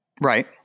Right